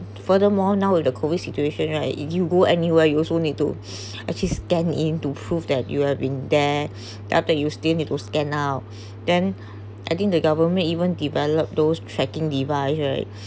furthermore now with COVID situation right if you go anywhere you also need to actually scan in to prove that you have been there after you still need to scan now then I think the government even develop those tracking device right